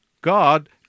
God